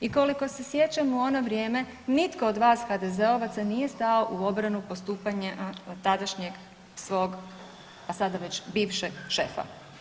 I koliko se sjećam u ono vrijeme nitko od vas HDZ-ovaca nije stao u obranu postupanja tadašnjeg svog, a sada već bivšeg šefa.